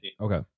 Okay